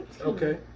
Okay